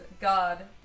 God